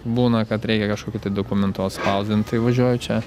būna kad reikia kažkokių dokumentų atspausdint tai važiuoju čia